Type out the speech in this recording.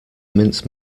mince